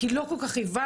כי לא כל כך הבנו,